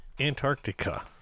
Antarctica